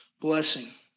blessing